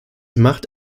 macht